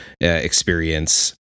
experience